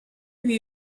lui